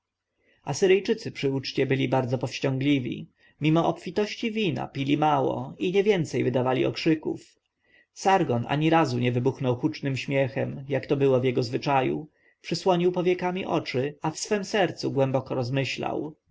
niniwy asyryjczycy przy uczcie byli bardzo powściągliwi mimo obfitości wina pili mało i nie więcej wydawali okrzyków sargon ani razu nie wybuchnął hucznym śmiechem jak to było w jego zwyczaju przysłonił powiekami oczy a w swem sercu głęboko rozmyślał